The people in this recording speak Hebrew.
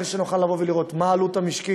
אחרי שנוכל לראות מה העלות המשקית,